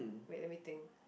wait let me think